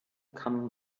kamen